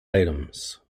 items